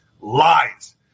Lies